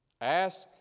Ask